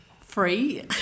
free